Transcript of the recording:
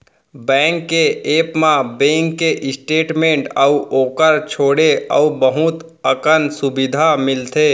bank के app म bank के स्टेट मेंट अउ ओकर छोंड़े अउ बहुत अकन सुबिधा मिलथे